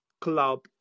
club